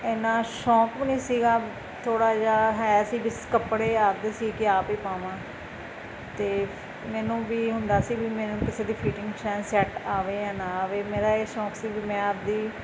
ਇੰਨਾਂ ਸ਼ੌਕ ਵੀ ਨਹੀਂ ਸੀਗਾ ਥੋੜ੍ਹਾ ਜਿਹਾ ਹੈ ਸੀ ਬਸ ਕੱਪੜੇ ਆਪਦੇ ਸਿਊਂ ਕੇ ਆਪ ਹੀ ਪਾਵਾਂ ਅਤੇ ਮੈਨੂੰ ਵੀ ਹੁੰਦਾ ਸੀ ਵੀ ਮੈਨੂੰ ਕਿਸੇ ਦੀ ਫਿਟਿੰਗ ਸ਼ਾਇਦ ਸੈੱਟ ਆਵੇ ਜਾ ਨਾ ਆਵੇ ਮੇਰਾ ਇਹ ਸ਼ੌਕ ਸੀ ਵੀ ਮੈਂ ਆਪ ਦੀ